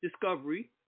discovery